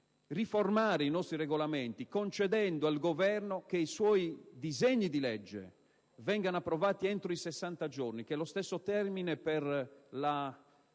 riformare i nostri regolamenti concedendo al Governo che i suoi disegni di legge vengano approvati entro 60 giorni, che è lo stesso termine